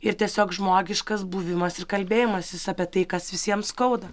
ir tiesiog žmogiškas buvimas ir kalbėjimasis apie tai kas visiems skauda